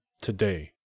today